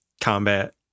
combat